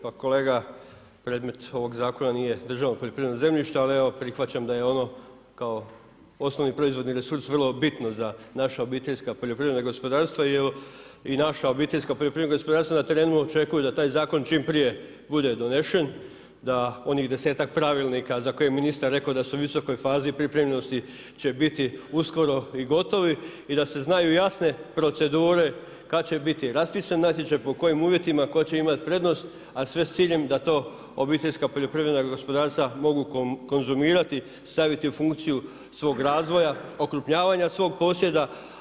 Pa kolega predmet ovog zakona nije državno poljoprivredno zemljište, ali evo prihvaćam da je ono kao osnovni proizvodni resurs vrlo bitno za naša obiteljska poljoprivredna gospodarstva jer i naša obiteljska poljoprivredna gospodarstva na terenu očekuju da taj zakon čim prije bude donesen, da onih desetak pravilnika za koje je ministar rekao da su u visokoj fazi pripremljenosti će biti uskoro i gotovi i da se znaju jasne procedure kad će biti raspisan natječaj, pod kojim uvjetima, tko će imati prednost, a sve s ciljem da to obiteljska poljoprivredna gospodarstva mogu konzumirati, staviti u funkciju svog razvoja, okrupnjavanja svog posjeda.